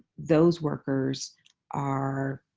those workers are